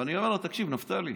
ואני אומר לו: תקשיב, נפתלי,